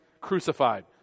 crucified